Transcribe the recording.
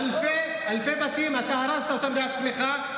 אלפי בתים, אתה הרסת אותם בעצמך.